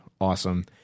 awesome